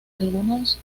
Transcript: algunos